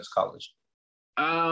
college